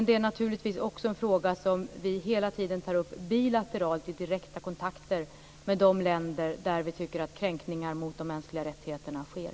Det är naturligtvis också en fråga som vi hela tiden tar upp bilateralt i direkta kontakter med de länder där vi tycker att kränkningar mot de mänskliga rättigheterna sker.